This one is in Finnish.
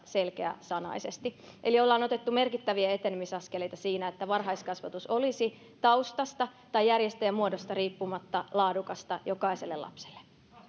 selkeäsanaisesti eli ollaan otettu merkittäviä etenemisaskeleita siinä että varhaiskasvatus olisi taustasta tai järjestäjämuodosta riippumatta laadukasta jokaiselle lapselle